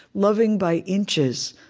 loving by inches.